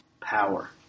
power